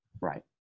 Right